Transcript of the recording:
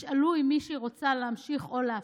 ישאלו אם מי שרוצה להמשיך או להפסיק,